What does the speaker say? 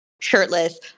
shirtless